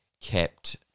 kept